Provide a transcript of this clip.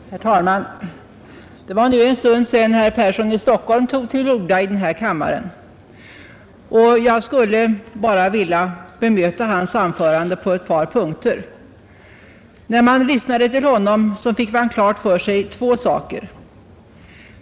Herr talman! Det är nu en stund sedan herr Persson i Stockholm tog till orda i denna kammare, och jag skulle bara vilja bemöta hans anförande på ett par punkter. När man lyssnade till herr Persson fick man klart för sig två saker.